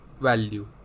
value